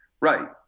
right